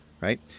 right